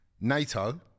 NATO